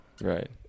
Right